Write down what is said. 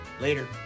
Later